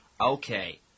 Okay